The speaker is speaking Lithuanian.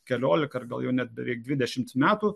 keliolika ir gal jau net beveik dvidešimt metų